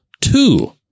Two